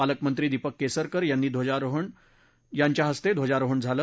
पालकमंत्री दीपक केसरकर यांनी ध्वजारोहण केलं